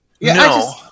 no